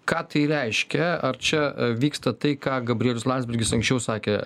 ką tai reiškia ar čia vyksta tai ką gabrielius landsbergis anksčiau sakė